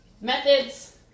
methods